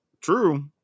True